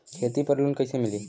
खेती पर लोन कईसे मिली?